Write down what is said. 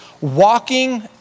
walking